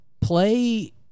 play